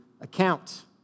account